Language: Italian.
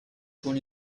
con